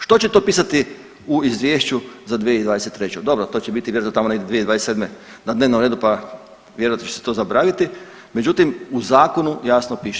Što će to pisati u izvješću za 2023., dobro to će biti vjerojatno tamo negdje 2027. na dnevnom redu pa vjerojatno će se to zaboraviti, međutim u zakonu jasno piše.